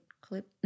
Clip